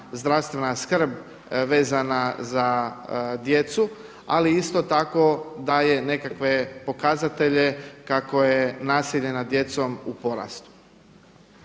zdravstvena skrb vezana za djecu ali isto tako daje nekakve pokazatelje kako je nasilje nad djecom u porastu.